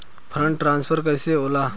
Fund transfer कैसे होला?